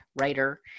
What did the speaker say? writer